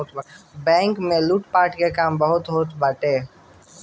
bank में लूटपाट के काम बहुते होत बाटे